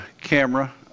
camera